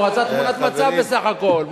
הוא רצה תמונת מצב בסך הכול,